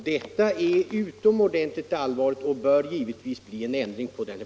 Detta är utomordentligt allvarligt, och det bör givetvis bli en ändring härvidlag.